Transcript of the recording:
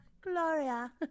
Gloria